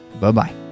Bye-bye